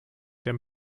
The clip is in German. der